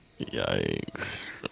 Yikes